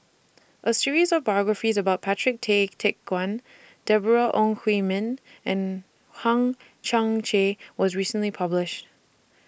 A series of biographies about Patrick Tay Teck Guan Deborah Ong Hui Min and Hang Chang Chieh was recently published